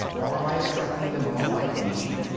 or by accepting them all like nietzsche.